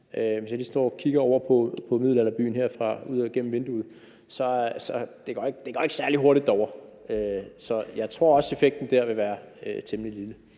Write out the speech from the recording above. ud gennem vinduet over på middelalderbyen herfra, så kører de ikke særlig hurtigt derovre, så jeg tror også, at effekten der vil være temmelig lille.